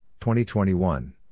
2021